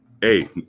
Hey